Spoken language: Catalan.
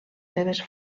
seves